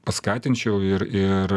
paskatinčiau ir ir